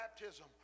baptism